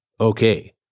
Okay